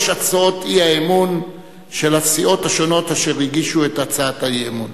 הצעות האי-אמון של הסיעות שהגישו את הצעת האי-אמון.